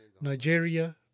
Nigeria